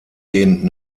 den